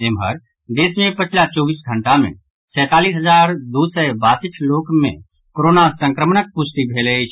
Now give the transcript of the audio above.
एम्हर देश मे पछिला चौबीस घंटा मे सैंतालीस हजार दू सय बासठ लोक मे कोरोना संक्रमणक पुष्टि भेल अछि